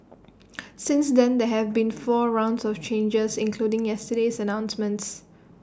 since then there have been four rounds of changes including yesterday's announcements